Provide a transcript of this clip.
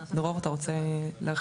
דרור, אתה רוצה להרחיב?